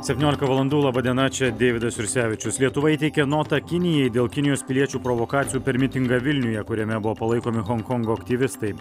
septyniolika valandų laba diena čia deividas jursevičius lietuva įteikė notą kinijai dėl kinijos piliečių provokacijų per mitingą vilniuje kuriame buvo palaikomi honkongo aktyvistai